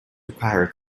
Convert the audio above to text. required